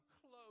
close